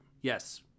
Yes